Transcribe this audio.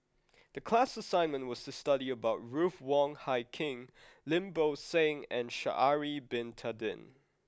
the class assignment was study about Ruth Wong Hie King Lim Bo Seng and Sha'ari Bin Tadin